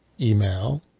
email